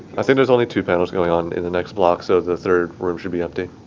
i think there's only two panels going on in the next block, so the third room should be empty.